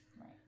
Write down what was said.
Right